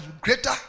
greater